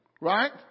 right